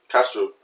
Castro